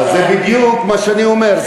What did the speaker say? אז זה בדיוק מה שאני אומר.